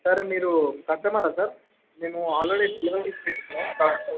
sir మీరు customer sir మేము already but